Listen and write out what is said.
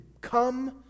come